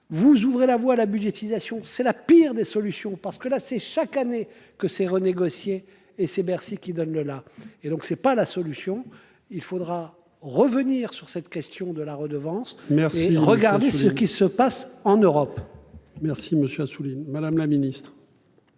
Vous ouvrez la voie la budgétisation c'est la pire des solutions, parce que là c'est chaque année que ces renégocier et c'est Bercy qui donne le la. Et donc c'est pas la solution. Il faudra revenir sur cette question de la redevance. Merci de. Regardez ce qui se passe en Europe. Merci monsieur Assouline. Madame la ministre.